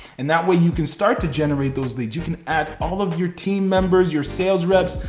and that way you can start to generate those leads. you can add all of your team members, your sales reps,